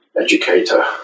educator